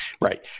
right